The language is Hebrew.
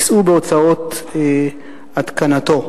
יישאו בהוצאות התקנתו".